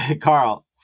Carl